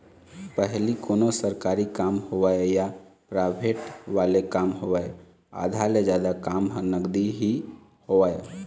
पहिली कोनों सरकारी काम होवय या पराइवेंट वाले काम होवय आधा ले जादा काम ह नगदी ही होवय